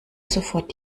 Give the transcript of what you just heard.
sofort